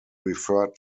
referred